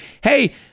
hey